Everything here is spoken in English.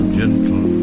gentle